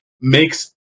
makes